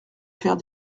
faire